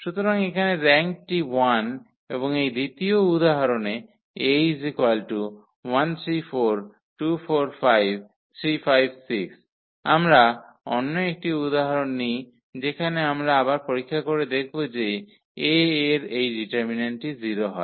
সুতরাং এখানে র্যাঙ্কটি 1 এবং এই দ্বিতীয় উদাহরণে আমরা অন্য একটি উদাহরণ নিই যেখানে আমরা আবার পরীক্ষা করে দেখব যে 𝐴 এর এই ডিটারমিন্যান্টটি 0 হয়